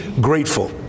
grateful